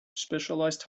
specialized